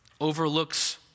overlooks